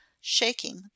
shaking